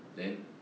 then